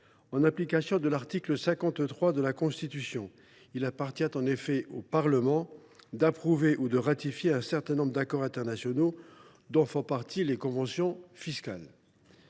En application de l’article 53 de la Constitution, il appartient en effet au Parlement d’approuver ou de ratifier un certain nombre d’accords internationaux, dont font partie les conventions fiscales.